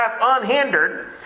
unhindered